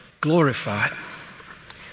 glorified